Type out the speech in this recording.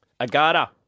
Agata